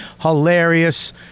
Hilarious